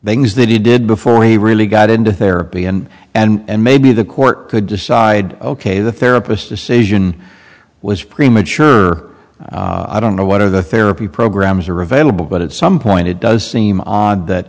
things that he did before he really got into therapy and and maybe the court could decide ok the therapist decision was premature i don't know what of the therapy programs are available but at some point it does seem